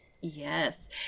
Yes